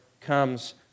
comes